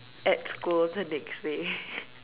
at school the next day